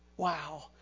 Wow